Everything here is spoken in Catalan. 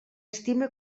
estime